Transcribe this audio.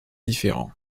différents